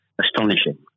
astonishing